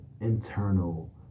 internal